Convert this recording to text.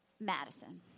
Madison